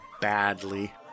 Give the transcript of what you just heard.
badly